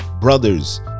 brothers